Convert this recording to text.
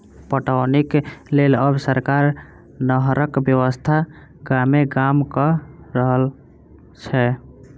पटौनीक लेल आब सरकार नहरक व्यवस्था गामे गाम क रहल छै